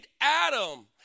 Adam